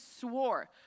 swore